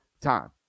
time